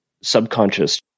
subconscious